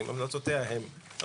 גם על